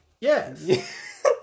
yes